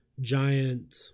giant